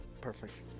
Perfect